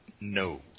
No